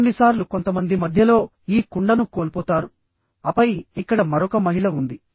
కొన్నిసార్లు కొంతమంది మధ్యలో ఈ కుండను కోల్పోతారు ఆపై ఇక్కడ మరొక మహిళ ఉంది